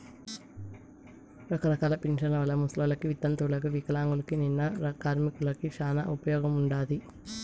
రకరకాల పింఛన్ల వల్ల ముసలోళ్ళకి, వితంతువులకు వికలాంగులకు, నిన్న కార్మికులకి శానా ఉపయోగముండాది